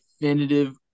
definitive